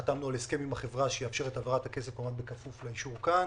חתמנו על הסכם עם החברה שיאפשר את העברת הכסף בכפוף לאישור כאן